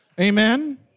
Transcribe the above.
Amen